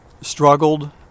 struggled